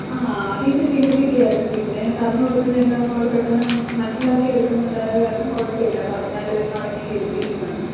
ആ ആദ്യം ഇത്തിരി വികൃതി ഒക്കെ ആയിരുന്നു പിന്നെ പറഞ്ഞ് കൊടുക്കുന്നത് എല്ലാം അവൾ പെട്ടെന്ന് മനസ്സിലാക്കി എടുക്കുന്നുണ്ടായത് കാരണം കുഴപ്പം ഇല്ല പറഞ്ഞാൽ അടങ്ങി ഒക്കെ ഇരി ഇരിക്കുന്നുണ്ട്